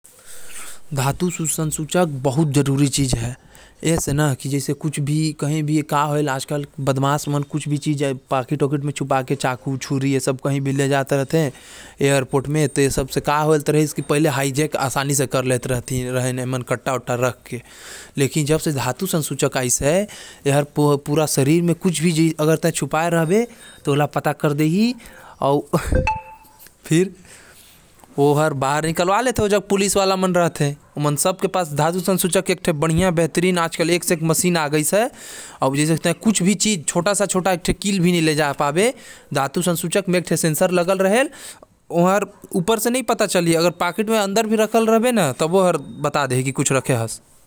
धातु संसूचक अपन लगे राडार अउ सेंसर के मदद से धातु के पता लगा लेथे।